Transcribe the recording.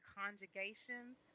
conjugations